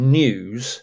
news